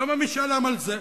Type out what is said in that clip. למה משאל עם על זה?